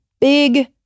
big